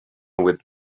with